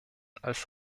als